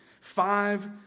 five